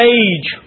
age